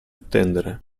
attendere